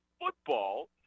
football